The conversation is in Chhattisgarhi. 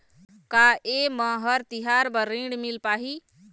का ये म हर तिहार बर ऋण मिल पाही?